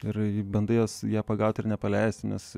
ir bandai jas ją pagauti ir nepaleisti